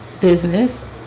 business